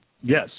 Yes